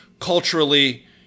culturally